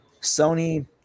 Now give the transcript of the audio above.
Sony